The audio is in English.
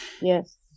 Yes